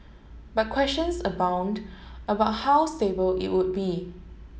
but questions abound about how stable it would be